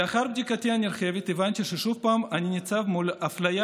לאחר בדיקתי הנרחבת הבנתי ששוב אני ניצב מול אפליה